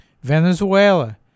Venezuela